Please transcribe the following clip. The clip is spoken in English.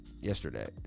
yesterday